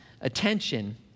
attention